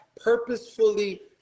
purposefully